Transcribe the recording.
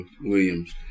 Williams